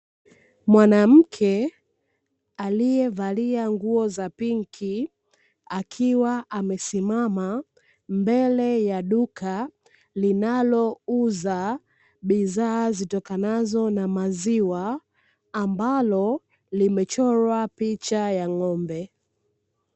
Mwanamke aliyevalia nguo za pinki akiwa amesimama mbele ya duka linalouza bidhaa zitokanazo na maziwa ambalo limechorwa picha ya ng'ombe.